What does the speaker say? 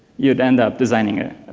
you'd end up designing a